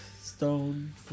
Stone